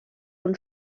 und